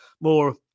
more